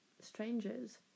strangers